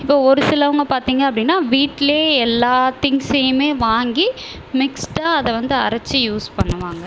இப்போ ஒரு சிலவங்க பார்த்திங்க அப்படின்னா வீட்ல எல்லா திங்ஸையுமே வாங்கி மிக்ஸ்டாக அதை வந்து அரைச்சி யூஸ் பண்ணுவாங்க